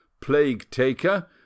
plague-taker